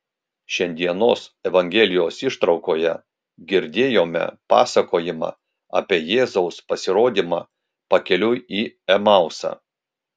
šiandienos evangelijos ištraukoje girdėjome pasakojimą apie jėzaus pasirodymą pakeliui į emausą